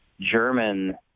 German